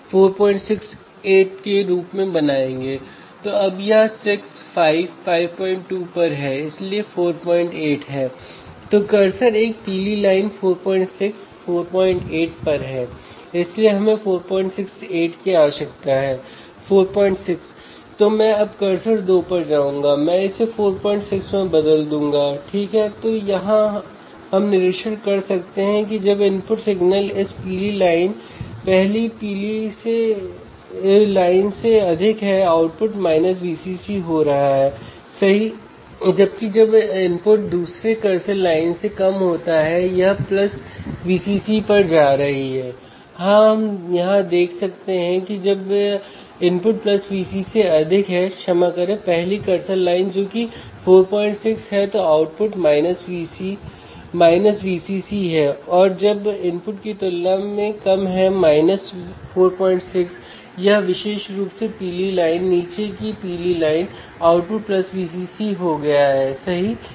तो पोटेंशियोमीटर का उपयोग करके आप वोल्टेज को बदल सकते हैं आप इंस्ट्रूमेंटेशन एम्पलीफायर के लाभ को भी बदल सकते हैं